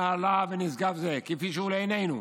נעלה ונשגב זה, כפי שהוא לעינינו,